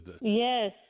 yes